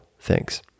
Thanks